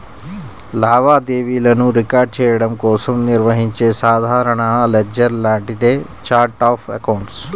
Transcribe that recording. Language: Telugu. లావాదేవీలను రికార్డ్ చెయ్యడం కోసం నిర్వహించే సాధారణ లెడ్జర్ లాంటిదే ఛార్ట్ ఆఫ్ అకౌంట్స్